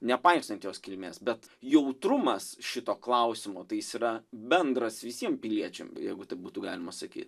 nepaisant jos kilmės bet jautrumas šito klausimo tai jis yra bendras visiem piliečiam jeigu taip būtų galima sakyt